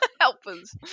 helpers